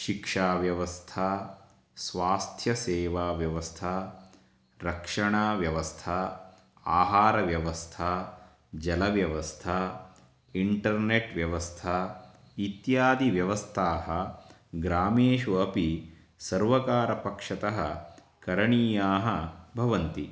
शिक्षाव्यवस्था स्वास्थ्यसेवा व्यवस्था रक्षणाव्यवस्था आहारव्यवस्था जलव्यवस्था इण्टर्नेट् व्यवस्था इत्यादिव्यवस्थाः ग्रामेषु अपि सर्वकारपक्षतः करणीयाः भवन्ति